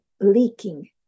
leaking